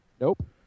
Nope